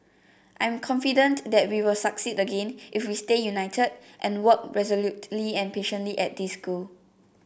I am confident that we will succeed again if we stay united and work resolutely and patiently at this goal